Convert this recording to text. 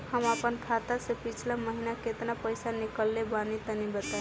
हम आपन खाता से पिछला महीना केतना पईसा निकलने बानि तनि बताईं?